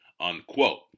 unquote